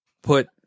put